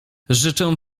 życzę